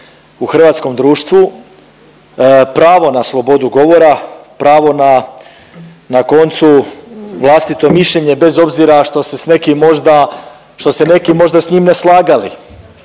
U hrvatskom društvu pravo na slobodu govora, pravo na na koncu vlastito mišljenje bez obzira što se s nekim možda, što se neki